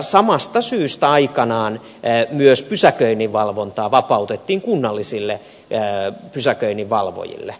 samasta syystä aikanaan myös pysäköinninvalvontaa vapautettiin kunnallisille pysäköinninvalvojille